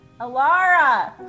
Alara